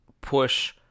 push